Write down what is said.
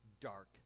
dark